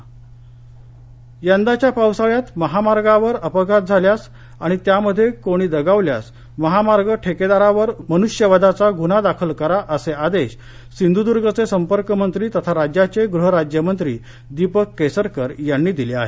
सिंधुदुर्ग यंदाच्या पावसाळ्यात महामार्गावर अपघात झाल्यास आणि त्यामध्ये कोणी दगावल्यास महामार्ग ठेकेदारावर मनुष्यवधाचा गुन्हा दाखल करा असे आदेश सिंधुर्दर्ग संपर्कमंत्री तथा राज्याचे गृह राज्यमंत्री दीपक केसरकर यांनी दिले आहेत